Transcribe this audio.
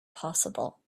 possible